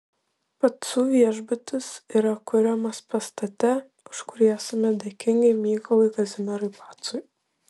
pacų viešbutis yra kuriamas pastate už kurį esame dėkingi mykolui kazimierui pacui